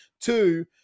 Two